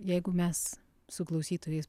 jeigu mes su klausytojais